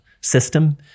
system